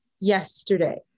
yesterday